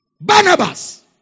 Barnabas